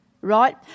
right